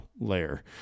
layer